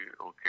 okay